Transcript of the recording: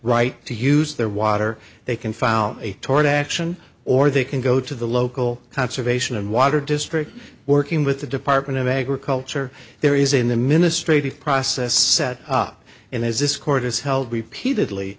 right to use their water they can file a tort action or they can go to the local conservation and water district working with the department of agriculture there is in the ministry the process set up and as this court has held repeatedly